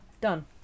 Done